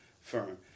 firm